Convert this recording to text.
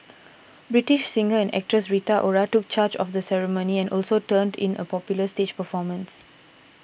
British singer and actress Rita Ora took charge of the ceremony and also turned in a popular stage performance